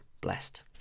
blessed